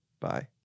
Bye